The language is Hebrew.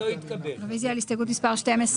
הצבעה